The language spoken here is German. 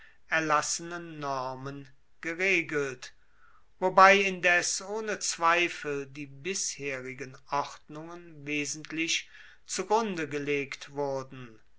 erlassenen normen geregelt wobei indes ohne zweifel die bisherigen ordnungen wesentlich zugrunde gelegt wurden